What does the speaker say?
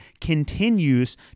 continues